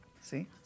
See